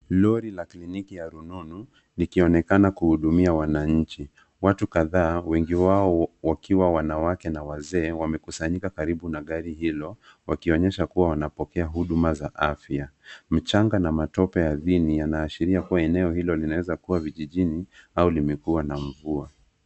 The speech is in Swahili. Lori la kliniki ya rununu likionekana kuhudumia wananchi. Watu kadhaa wengi wao wakiwa wanawake na wazee wamekusanyika karibu na gari hilo wakionyesha kuwa wanapokea huduma za afya. Mchanga na matope ardhini yanaashiria kuwa eneo hilo linaweza kuwa vijijini au limekuwa na mvua.